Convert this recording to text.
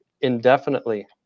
indefinitely